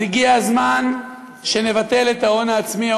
אז הגיע הזמן שנבטל את ההון העצמי,